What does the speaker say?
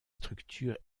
structures